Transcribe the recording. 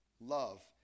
Love